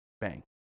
Bang